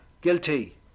guilty